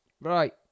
right